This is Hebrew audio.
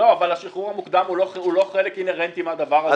אבל השחרור המוקדם הוא לא חלק אינהרנטי מהדבר הזה,